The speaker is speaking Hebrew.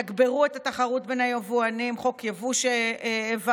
תגברו את התחרות בין היבואנים, חוק יבוא שהעברנו.